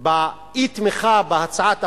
באי-תמיכה בהצעת החוק,